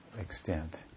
extent